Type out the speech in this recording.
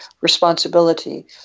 responsibility